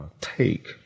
take